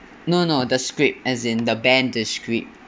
no no the script as in the band script